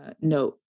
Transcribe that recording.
note